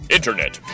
Internet